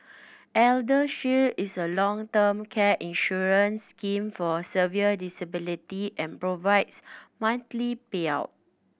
ElderShield is a long term care insurance scheme for severe disability and provides monthly payout